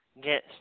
get